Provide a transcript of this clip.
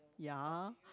ya